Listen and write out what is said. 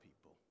people